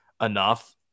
enough